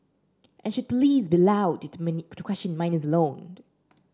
and should police be allowed did to many to question minors alone